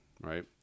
Right